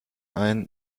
ein